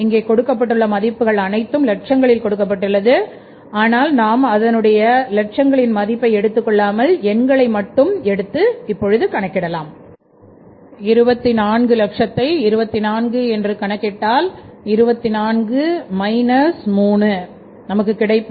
இங்கே கொடுக்கப்பட்டுள்ள மதிப்புகள் அனைத்தும் லட்சங்களில் கொடுக்கப்பட்டுள்ளது ஆனால் நாம் அதனுடைய லட்சங்களின் மதிப்பை எடுத்துக்கொள்ளாமல் எண்களை மட்டும் எடுத்துக்கொண்டு கணக்கிடலாம் 2400000 ஐ24 என்று கணக்கிட்டால் 21x105 கிடைக்கும்